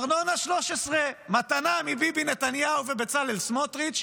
ארנונה 13, מתנה מביבי נתניהו ובצלאל סמוטריץ'.